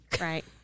Right